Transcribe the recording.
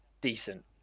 decent